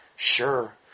Sure